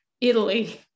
Italy